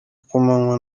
kumanywa